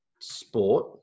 sport